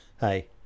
hey